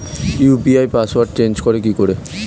UPI পাসওয়ার্ডটা change করে কি করে?